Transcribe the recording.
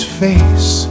face